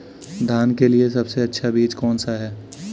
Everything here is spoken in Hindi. धान के लिए सबसे अच्छा बीज कौन सा है?